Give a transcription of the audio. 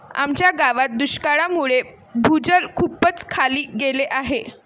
आमच्या गावात दुष्काळामुळे भूजल खूपच खाली गेले आहे